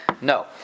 No